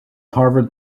harvard